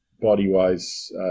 body-wise